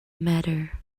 matter